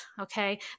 okay